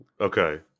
Okay